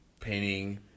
painting